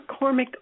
McCormick